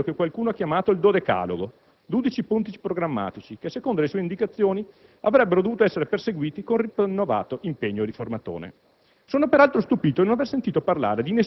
Lei nei giorni scorsi aveva presentato quello che qualcuno ha chiamato il dodecalogo: dodici punti programmatici, che, secondo le sue indicazioni, avrebbero dovuto essere perseguiti con rinnovato impegno riformatore.